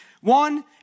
One